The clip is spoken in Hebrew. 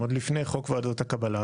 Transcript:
עוד לפני חוק ועדות הקבלה.